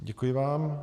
Děkuji vám.